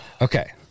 Okay